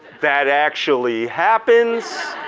that actually happens,